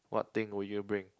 what thing would you bring